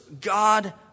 God